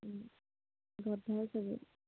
ঘৰত ভাল চবৰে